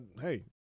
hey